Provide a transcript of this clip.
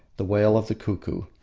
the wail of the cuckoo.